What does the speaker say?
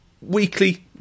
weekly